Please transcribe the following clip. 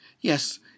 Yes